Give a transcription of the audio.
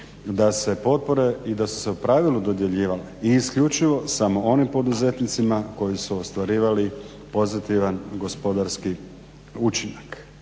da se potpore i da su se u pravilu dodjeljivale i isključivo samo onim poduzetnicima koji su ostvarivali pozitivan gospodarski učinak.